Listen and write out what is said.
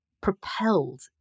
propelled